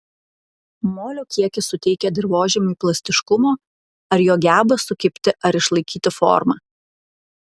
molio kiekis suteikia dirvožemiui plastiškumo ar jo gebą sukibti ar išlaikyti formą